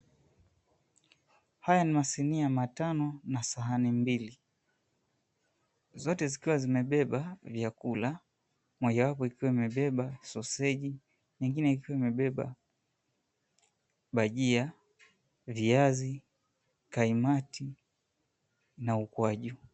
Haya ni masinia matano na sahani mbili. Zote zikiwa zimebeba vyakula, mojawapo ikiwa imebeba soseji nyingine ikiwa imebeba bajia, viazi, kaimati na ukwaju.